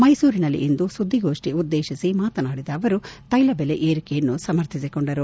ಮೈಸೂರಿನಲ್ಲಿಂದು ಸುದ್ಗಿಗೋಷ್ಟಿ ಉದ್ದೇಶಿಸಿ ಮಾತನಾಡಿದ ಅವರು ತೈಲ ಬೆಲೆ ಏರಿಕೆಯನ್ನು ಸಮರ್ಥಿಸಿಕೊಂಡರು